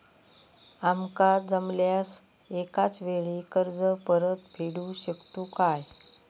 आमका जमल्यास एकाच वेळी कर्ज परत फेडू शकतू काय?